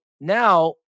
now